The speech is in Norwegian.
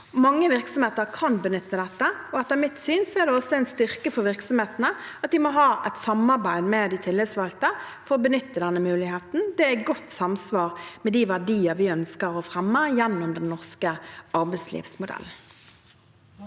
Mange virksomheter kan benytte dette. Etter mitt syn er det også en styrke for virksomhetene at de må ha et samarbeid med de tillitsvalgte for å benytte denne muligheten. Det er godt i samsvar med de verdier vi ønsker å fremme gjennom den norske arbeidslivsmodellen.